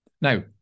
Now